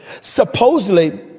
Supposedly